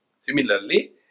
Similarly